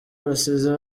basize